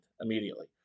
immediately